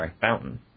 Fountain